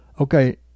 Okay